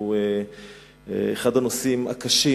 הוא אחד הנושאים הקשים,